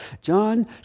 John